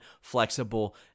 flexible